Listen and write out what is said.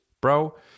bro